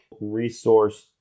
resource